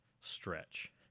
stretch